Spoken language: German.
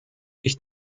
ich